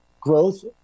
growth